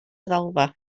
ddalfa